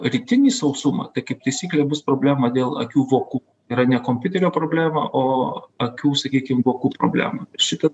rytinį sausumą tai kaip taisyklė bus problema dėl akių vokų yra ne kompiuterio problema o akių sakykim vokų problema ir šitaip